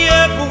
up